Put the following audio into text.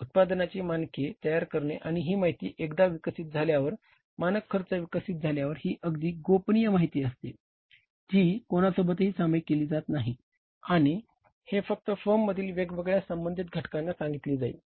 उत्पादनाची मानके तयार करणे आणि ही माहिती एकदा विकसित झाल्यावर मानक खर्च विकसित झाल्यावर ही अगदी गोपनीय माहिती असते जी कोणासोबतही सामायिक केली जात नाही आणि हे फक्त फर्ममधील वेगवेगळ्या संबंधित घटकांना सांगितली जाईल